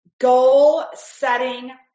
goal-setting